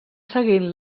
seguint